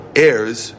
heirs